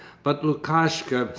but lukashka,